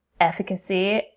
efficacy